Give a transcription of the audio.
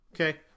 Okay